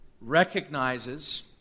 recognizes